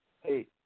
hey